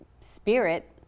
spirit